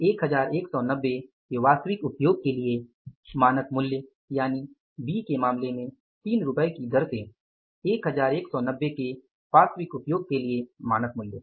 1190 के वास्तविक उपयोग के लिए मानक मूल्य यानि B के मामले में 3 रुपये की दर से 1190 के वास्तविक उपयोग के लिए मानक मूल्य